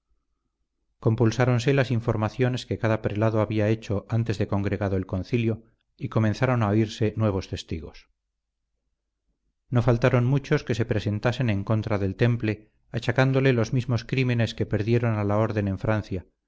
maravilloso compulsáronse las informaciones que cada prelado había hecho antes de congregado el concilio y comenzaron a oírse nuevos testigos no faltaron muchos que se presentasen en contra del temple achacándole los mismos crímenes que perdieron a la orden en francia